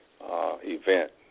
event